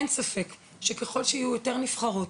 אין ספק שככל שיהיו יותר נבחרות,